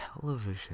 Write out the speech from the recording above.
television